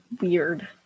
weird